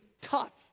tough